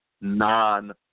Non